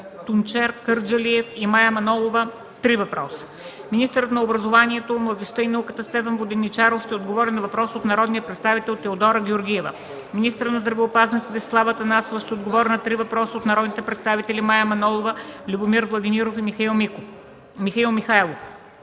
Тунчер Кърджалиев, и Мая Манолова (три въпроса). 5. Министърът на образованието, младежта и науката Стефан Воденичаров ще отговори на въпрос от народния представител Теодора Георгиева. 6. Министърът на здравеопазването Десислава Атанасова ще отговори на три въпроса от народните представители Мая Манолова, Любомир Владимиров, и Михаил Михайлов.